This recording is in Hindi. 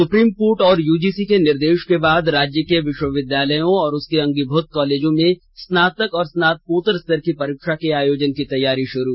सुप्रीम कोर्ट और यूजीसी के निर्देश के बाद राज्य के विश्वविद्यालयों और उसके अंगीभूत कॉलेजों में स्नातक और स्नातकोत्तर स्तर की परीक्षा के आयोजन की तैयारी शुरू